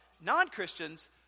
Non-Christians